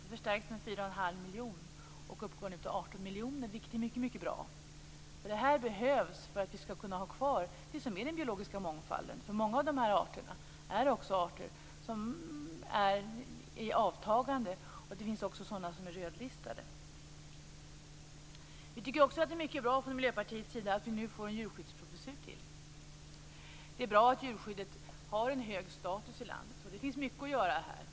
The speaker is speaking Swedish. Det förstärks med 4 1⁄2 miljon och uppgår nu till 18 miljoner, vilket är mycket bra. Det behövs för att vi skall kunna ha kvar det som är den biologiska mångfalden. Många av de här arterna är i avtagande och det finns också sådana som är rödlistade. Från Miljöpartiets sida tycker vi också att det är mycket bra att vi nu får en djurskyddsprofessur till. Det är bra att djurskyddet har en hög status i landet. Det finns mycket att göra här.